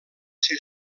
ser